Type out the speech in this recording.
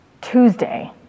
Tuesday